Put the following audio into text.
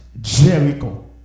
Jericho